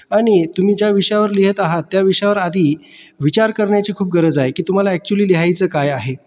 आणि तुम्ही ज्या विषयावर लिहित आहात त्या विषयावर आधी विचार करण्याची खूप गरज आहे की तुम्हाला ॲक्चुअली लिहायचं काय आहे